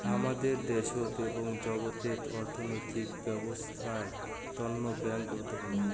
হামাদের দ্যাশোত এবং জাগাতের অর্থনৈতিক ব্যবছস্থার তন্ন ব্যাঙ্ক গুরুত্বপূর্ণ